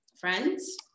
friends